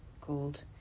called